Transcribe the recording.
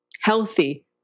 healthy